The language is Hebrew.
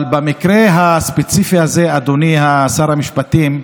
אבל במקרה הספציפי הזה, אדוני שר המשפטים,